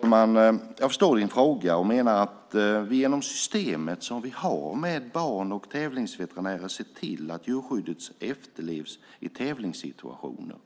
Fru talman! Jag förstår Tina Ehns fråga och menar att vi genom systemet som vi har med ban och tävlingsveterinärer ser till att djurskyddet efterlevs i tävlingssituationer,